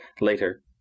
Later